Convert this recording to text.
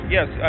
Yes